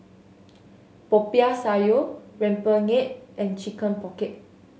Popiah Sayur rempeyek and Chicken Pocket